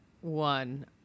One